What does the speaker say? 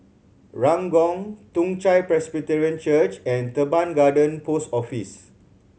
Ranggung Toong Chai Presbyterian Church and Teban Garden Post Office